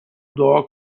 دعا